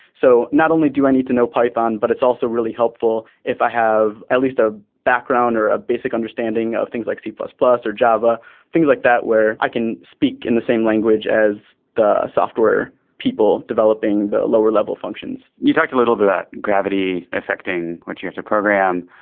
so not only do i need to know python but it's also really helpful if i have at least a background or a basic understanding of things like c plus plus or java things like that where i can speak in the same language as the software people developing the lower level functions you talked a little bit about gravity affecting what you have to program.